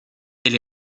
elle